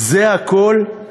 זה הכול.